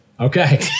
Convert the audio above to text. Okay